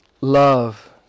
love